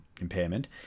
impairment